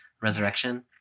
resurrection